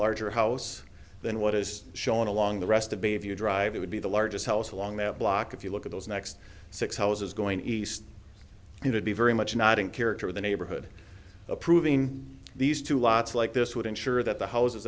larger house than what is shown along the rest of bayview drive it would be the largest house along the block if you look at those next six houses going east to be very much not in character the neighborhood approving these two lots like this would ensure that the houses